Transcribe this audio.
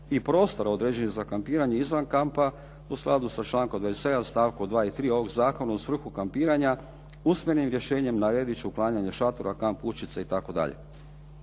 i prostor određen za kampiranje izvan kampa, u skladu sa člankom 27. stavkom 2. i 3. ovog zakona u svrhu kampiranja, usmenim rješenjem naredit ću uklanjanje šatora, kamp kućica itd.